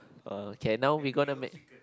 okay now we gonna make